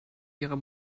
ihrer